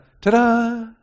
ta-da